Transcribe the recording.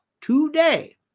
today